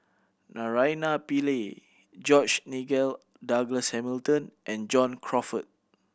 Naraina Pillai George Nigel Douglas Hamilton and John Crawfurd